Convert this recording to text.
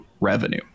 revenue